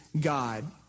God